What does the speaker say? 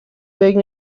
فکر